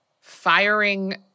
firing